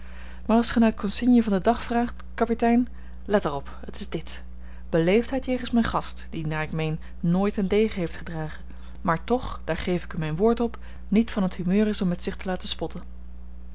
maar als gij naar t consigne van den dag vraagt kapitein let er op het is dit beleefdheid jegens mijn gast die naar ik meen nooit een degen heeft gedragen maar toch daar geef ik u mijn woord op niet van t humeur is om met zich te laten spotten